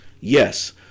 Yes